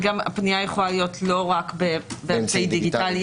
וגם הפנייה יכולה להיות לא רק באמצעי דיגיטלי.